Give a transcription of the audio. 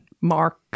Mark